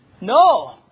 No